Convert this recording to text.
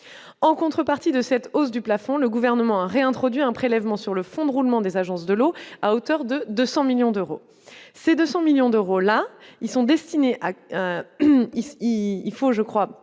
en contrepartie de cette hausse du plafond Le gouvernement réintroduit un prélèvement sur le fonds de roulement des agences de l'eau à hauteur de 200 millions d'euros, ces 200 millions d'euros, là ils sont destinés à